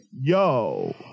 yo